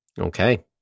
Okay